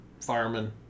fireman